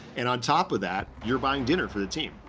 and on top of that, you're buying dinner for the team.